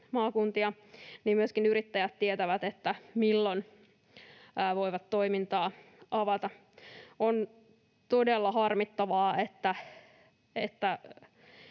maakuntia — myöskin yrittäjät tietävät, milloin voivat toimintaa avata. On todella harmittavaa, että